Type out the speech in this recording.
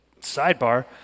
sidebar